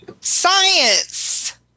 science